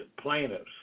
plaintiffs